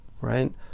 Right